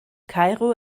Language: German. kairo